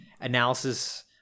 analysis